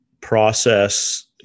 process